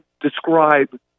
describe